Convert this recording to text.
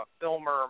filmer